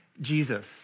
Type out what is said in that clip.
Jesus